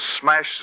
smash